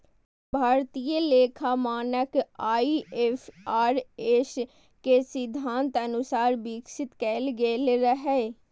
भारतीय लेखा मानक आई.एफ.आर.एस के सिद्धांतक अनुसार विकसित कैल गेल रहै